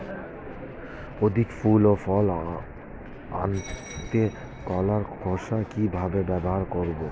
অধিক ফুল ও ফল আনতে কলার খোসা কিভাবে ব্যবহার করব?